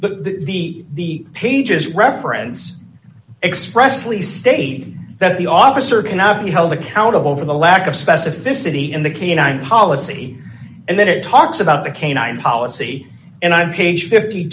but the pages reference expressly state that the officer cannot be held accountable for the lack of specificity in the canine policy and that it talks about the canine policy and i'm page fifty